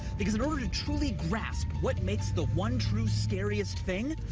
because in order to truly grasp what makes the one true scariest thing,